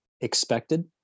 expected